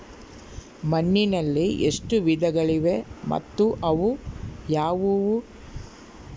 ಮಣ್ಣಿನಲ್ಲಿ ಎಷ್ಟು ವಿಧಗಳಿವೆ ಮತ್ತು ಅವು ಯಾವುವು?